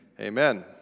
Amen